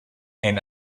and